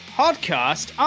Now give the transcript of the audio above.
podcast